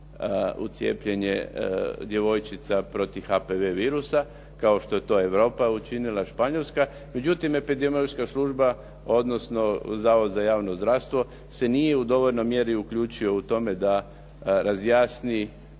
u cijepljenje djevojčica protiv HPV virusa, kao što je to Europa učinila i Španjolska. Međutim epidemiološka služba, odnosno Zavod za javno zdravstvo se nije u dovoljnoj mjeri uključio u tome da razjasni